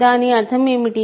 దాని అర్థం ఏమిటి